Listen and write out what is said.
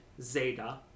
Zeta